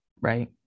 right